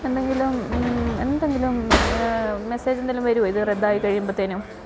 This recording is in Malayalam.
എന്തെങ്കിലും എന്തെങ്കിലും മെസ്സേജ് എന്തെങ്കിലും വരുമോ ഇത് റദ്ദായി കഴിയുമ്പത്തേക്കും